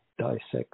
dissect